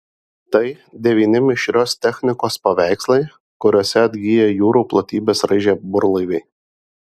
tai devyni mišrios technikos paveikslai kuriose atgyja jūrų platybes raižę burlaiviai